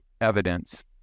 evidence